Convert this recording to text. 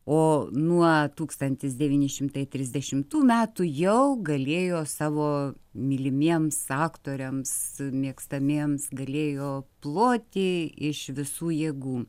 o nuo tūkstantis devyni šimtai trisdešimtų metų jau galėjo savo mylimiems aktoriams mėgstamiems galėjo ploti iš visų jėgų